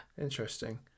Interesting